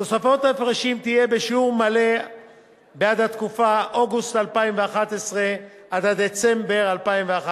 תוספת ההפרשים תהיה בשיעור מלא בעד התקופה אוגוסט 2011 עד דצמבר 2011,